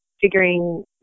figuring